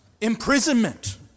imprisonment